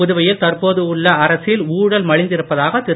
புதுவையில் தற்போது உள்ள அரசு ஊழல் மலிந்திருப்பதாக திரு